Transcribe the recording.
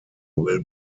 will